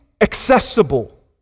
accessible